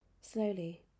Slowly